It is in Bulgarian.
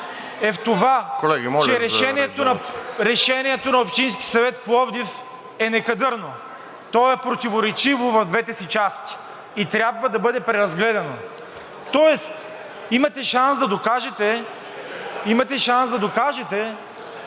е в това, че Решението на Общински съвет – Пловдив, е некадърно. То е противоречиво в двете си части и трябва да бъде преразгледано, тоест имате шанс да докажете, че Пловдивският